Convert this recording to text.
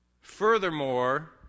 Furthermore